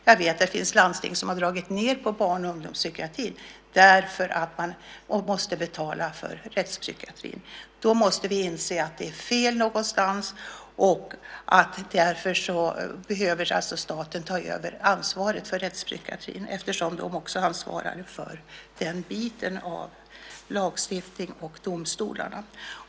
Jag vet att det finns landsting som har dragit ned på barn och ungdomspsykiatrin för att betala för rättspsykiatrin. Då måste vi inse att det är fel någonstans. Staten behöver ta över ansvaret för rättspsykiatrin. Den ansvarar ju också för lagstiftningen om detta och för domstolarna.